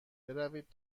بروید